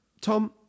tom